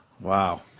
Wow